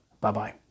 Bye-bye